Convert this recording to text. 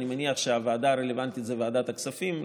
אני מניח שהוועדה הרלוונטית היא ועדת הכספים הזמנית,